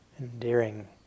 endearing